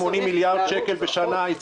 180 מיליארד שקל בשנה.